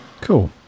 cool